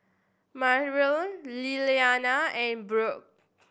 Myrtle Lilyana and Brooke